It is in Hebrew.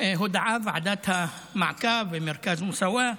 הודעה ועדת המעקב במרכז מוסאוא,